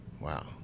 Wow